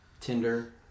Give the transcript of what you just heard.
Tinder